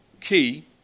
key